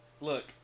Look